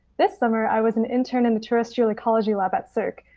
this summer i was an intern in the terrestrial ecology lab at serc,